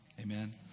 Amen